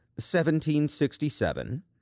1767